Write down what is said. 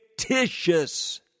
fictitious